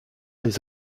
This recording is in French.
les